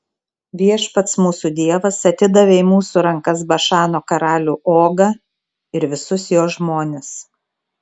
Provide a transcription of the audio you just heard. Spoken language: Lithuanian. viešpats mūsų dievas atidavė į mūsų rankas bašano karalių ogą ir visus jo žmones